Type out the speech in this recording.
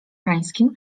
pańskim